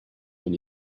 when